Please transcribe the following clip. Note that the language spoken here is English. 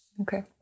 Okay